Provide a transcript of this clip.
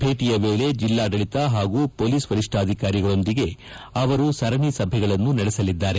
ಭೇಟಿಯ ವೇಳಿ ಜಿಲ್ಲಾಡಳಿತ ಹಾಗೂ ಪೊಲೀಸ್ ವರಿಷ್ಣಾಧಿಕಾರಿಗಳೊಂದಿಗೆ ಅವರು ಸರಣಿ ಸಭೆಗಳನ್ನು ನಡೆಸಲಿದ್ದಾರೆ